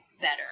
better